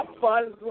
fun